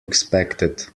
expected